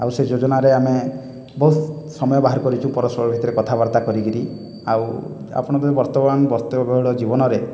ଆଉ ସେ ଯୋଜନାରେ ଆମେ ବହୁତ୍ ସମୟ ବାହାର କରିଚୁଁ ପରସ୍ପର ଭିତେରେ କଥାବାର୍ତ୍ତା କରିକରି ଆଉ ଆପଣ ବର୍ତ୍ତମାନ ବ୍ୟସ୍ତ ବହୁଳ ଜୀବନରେ